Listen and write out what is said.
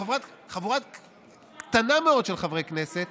חבורה קטנה מאוד של חברי כנסת